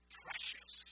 precious